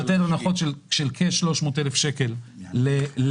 התוכנית נותנת הנחות של כ-300 אלף שקל לדירה.